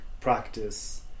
practice